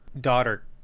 daughter